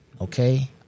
okay